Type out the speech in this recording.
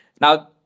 Now